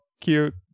cute